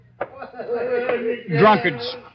Drunkards